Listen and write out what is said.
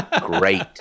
great